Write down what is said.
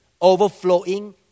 overflowing